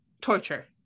torture